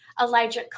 elijah